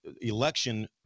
election